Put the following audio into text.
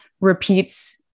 repeats